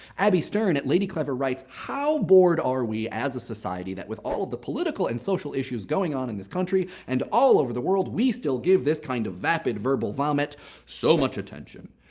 abby stern at lady clever writes how bored are we as a society that with all of the political and social issues going on in this country and all over the world, we still give this kind of vapid verbal vomit so much attention.